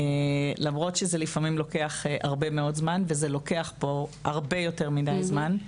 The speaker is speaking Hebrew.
למרות שזה לפעמים לוקח הרבה מאוד זמן וזה לוקח פה הרבה יותר מידי זמן.